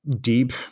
deep